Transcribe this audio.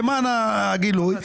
למען הגילוי,